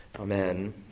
Amen